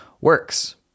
works